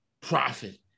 profit